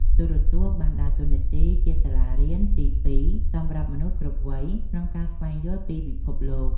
ទូរទស្សន៍បានដើរតួនាទីជាសាលារៀនទីពីរសម្រាប់មនុស្សគ្រប់វ័យក្នុងការស្វែងយល់ពីពិភពលោក។